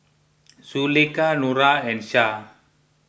Zulaikha Nura and Shah